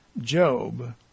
Job